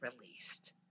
released